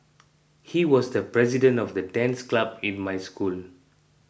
he was the president of the dance club in my school